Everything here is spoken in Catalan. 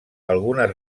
algunes